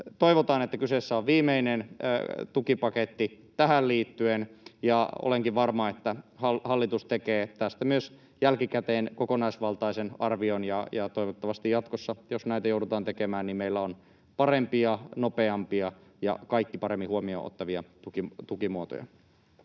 toivotaan, että kyseessä on viimeinen tukipaketti tähän liittyen, ja olenkin varma, että hallitus tekee tästä myös jälkikäteen kokonaisvaltaisen arvion, ja toivottavasti jatkossa, jos näitä joudutaan tekemään, meillä on parempia ja nopeampia ja paremmin kaikki huomioon ottavia tukimuotoja.